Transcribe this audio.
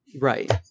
Right